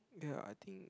ya I think